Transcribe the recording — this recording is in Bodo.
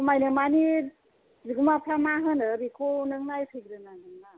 खमायनो मानि बिगुमाफ्रा मा होनो बेखौ नों नायफैग्रोनांगोन ना